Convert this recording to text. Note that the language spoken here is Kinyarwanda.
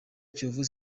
kiyovu